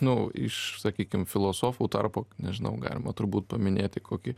nu iš sakykim filosofų tarpo nežinau galima turbūt paminėti kokį